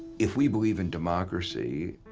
if we believe in democracy,